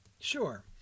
Sure